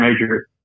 major